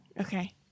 Okay